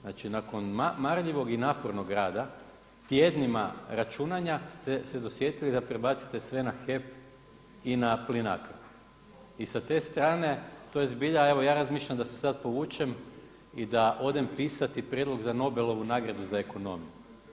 Znači nakon marljivog i napornog rada tjednima računanja ste se dosjetili da prebacite sve na HEP i na PLINACRO i sa te strane to je zbilja, evo ja razmišljam da se sad povučem i da odem pisati prijedlog za Nobelovu nagradu za ekonomiju.